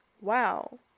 wow